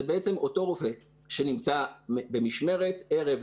זה בעצם אותו רופא שנמצא במשמרת ערב,